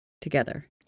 together